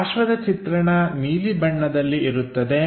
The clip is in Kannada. ಪಾರ್ಶ್ವದ ಚಿತ್ರಣ ನೀಲಿ ಬಣ್ಣದಲ್ಲಿ ಇರುತ್ತದೆ